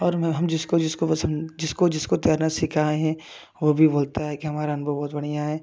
और मैं हम जिसको जिसको पसंद जिसको जिसको तैरना सिखाएँ हैं वो भी बोलता है कि हमारा अनुभव बहुत बढ़िया है